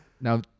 Now